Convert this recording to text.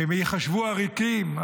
הם ייחשבו עריקים.